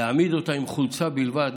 להעמיד אותה עם חולצה בלבד,